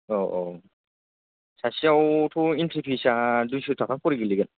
औ औ सासेयावथ' इन्ट्रि पिसा दुइस' ताखा खरि गोलैगोन